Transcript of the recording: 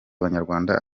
abanyarwanda